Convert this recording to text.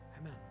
Amen